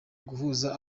guhuza